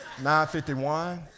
951